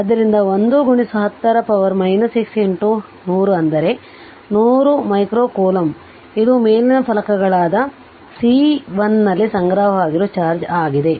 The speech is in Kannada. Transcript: ಆದ್ದರಿಂದ 1 10ರ ಪವರ್ 6 100 ಅಂದರೆ 100 ಮೈಕ್ರೊ ಕೂಲಂಬ್ ಇದು ಮೇಲಿನ ಫಲಕಗಳಾದ C1 ನಲ್ಲಿ ಸಂಗ್ರಹವಾಗಿರುವ ಚಾರ್ಜ್ ಆಗಿದೆ